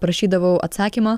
parašydavau atsakymą